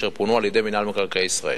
אשר פונו על-ידי מינהל מקרקעי ישראל.